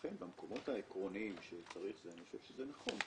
לכן במקומות העקרוניים אני חושב שזה נכון.